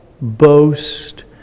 boast